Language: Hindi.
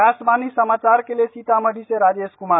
आकाशवाणी समाचार के लिए सीतामढ़ी से राजेश कुमार